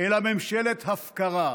אלא ממשלת הפקרה.